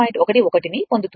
11 ను పొందుతున్నాను